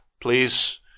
Please